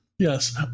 Yes